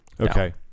Okay